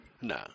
No